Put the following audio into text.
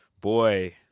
boy